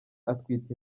atwite